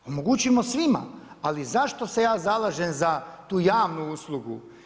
Omogućimo svima ali zašto se ja zalažem za tu javnu uslugu?